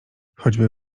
choćby